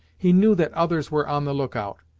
he knew that others were on the look-out,